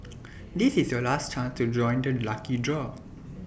this is your last chance to join the lucky draw